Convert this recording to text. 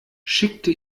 schickte